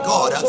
God